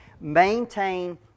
Maintain